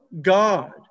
God